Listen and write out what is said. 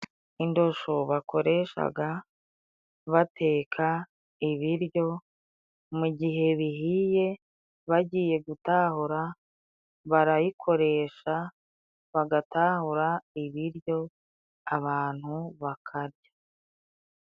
Indosho bakoreshaga bateka ibiryo, mu gihe bihiye bagiye gutahura, barayikoresha bagatahura ibiryo abantu bakarya.